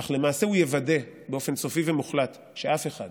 אך למעשה הוא יוודא באופן סופי ומוחלט שאף אחד